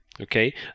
Okay